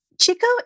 Chico